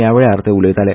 हया वेळार ते उलयताले